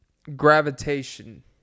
gravitation